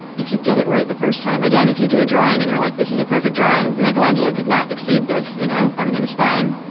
if you get it right the first time again, if you do a drawing and you're, like, this is a perfect drawing. michelangelo could not exceed this, you know, everything is fine.